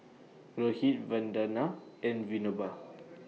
Rohit Vandana and Vinoba